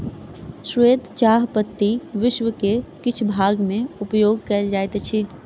श्वेत चाह पत्ती विश्व के किछ भाग में उपयोग कयल जाइत अछि